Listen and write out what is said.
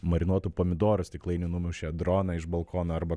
marinuotų pomidorų stiklainiu numušė droną iš balkono arba